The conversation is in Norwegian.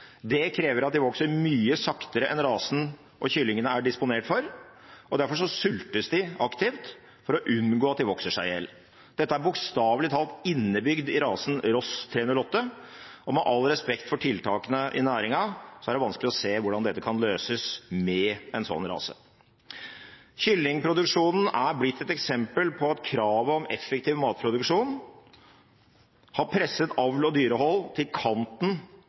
Det krever at de vokser mye saktere enn det rasen og kyllingene er disponert for, og derfor sultes de aktivt for å unngå at de vokser seg i hjel. Dette er bokstavelig talt innebygd i rasen Ross 308, og med all respekt for tiltakene i næringen er det vanskelig å se hvordan dette kan løses med en slik rase. Kyllingproduksjonen er blitt et eksempel på at kravet om effektiv matproduksjon har presset avl og dyrehold til kanten